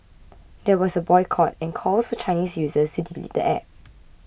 there was a boycott and calls for Chinese users to delete the app